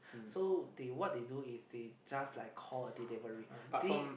so they what they do is they just like call a delivery they